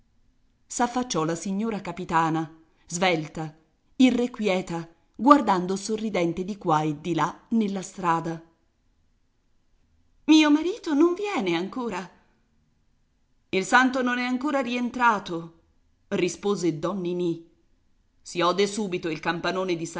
te s'affacciò la signora capitana svelta irrequieta guardando sorridente di qua e di là nella strada mio marito non viene ancora il santo non è ancora rientrato rispose don ninì si ode subito il campanone di